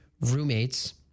roommates